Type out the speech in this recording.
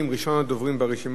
ראשון הדוברים ברשימה,